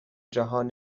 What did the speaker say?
جهان